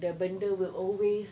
the benda will always